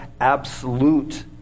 absolute